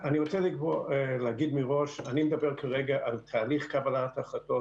אני רוצה להגיד מראש שאני מדבר כרגע על תהליך קבלת ההחלטות,